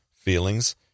feelings